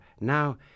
Now